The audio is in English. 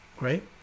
right